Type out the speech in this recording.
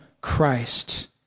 Christ